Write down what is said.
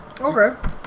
Okay